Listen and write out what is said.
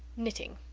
knitting,